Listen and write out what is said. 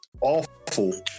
awful